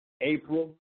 April